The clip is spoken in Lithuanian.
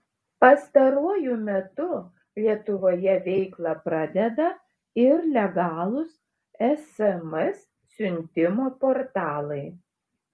pastaruoju metu lietuvoje veiklą pradeda ir legalūs sms siuntimo portalai